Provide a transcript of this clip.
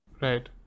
Right